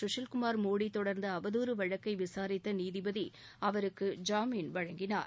கஷில்குமார் மோடி தொடர்ந்த அவதூறு வழக்கை விசாரித்த நீதிபதி அவருக்கு ஜாமீன் வழங்கினார்